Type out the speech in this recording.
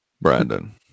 Brandon